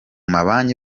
mabanki